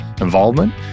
involvement